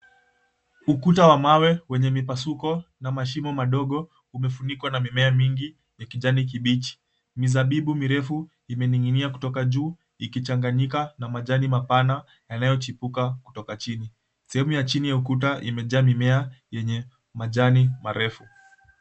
Ukuta wa mawe wenye mipasuko na mashimo madogo umefunikwa na mimea mingi ya kijani kibichi. Mizabibu mirefu imening'inia kutoka juu ikichanganyika na majani mapana yanayochipuka kutoka chini. Sehemu ya chini ya ukuta imejaa mimea yenye majani marefu.